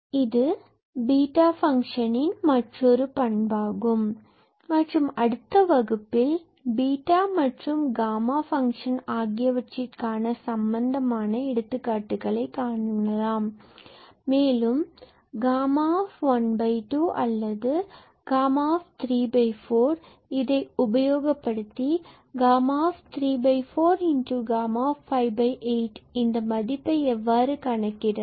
இது beta function இன் மற்றொரு பண்பாகும் மற்றும் அடுத்த வகுப்பில் பீட்டா மற்றும் காமா ஃபங்க்ஷன் ஆகியவற்றிற்கு சம்பந்தமான எடுத்துக்காட்டுகளைக் காண்போம் மேலும் Γ12 or Γ34இதை உபயோகப்படுத்தி Γ34 Γ58 இந்த மதிப்பை கணக்கிடலாம்